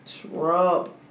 Trump